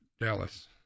dallas